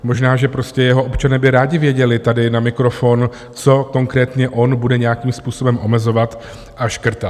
Možná že prostě jeho občané by rádi věděli tady na mikrofon, co konkrétně on bude nějakým způsobem omezovat a škrtat.